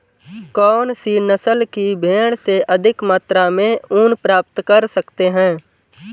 कौनसी नस्ल की भेड़ से अधिक मात्रा में ऊन प्राप्त कर सकते हैं?